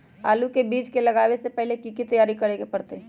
आलू के बीज के लगाबे से पहिले की की तैयारी करे के परतई?